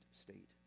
state